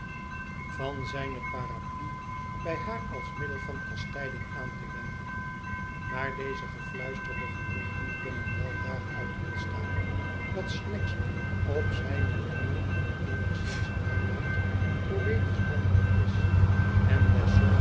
van zijne paraplu bij haar als middel van kastijding aan te wenden maar deze gefluisterde geruchten kunnen wel daaruit ontstaan dat snagsby op zijne manier een eenigszins mijmerend poëtisch manneke is en des